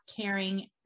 caring